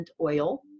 oil